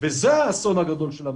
וזה האסון הגדול של המדינה.